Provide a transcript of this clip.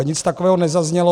Nic takového nezaznělo.